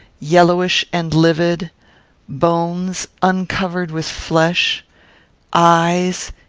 yellowish and livid bones, uncovered with flesh eyes,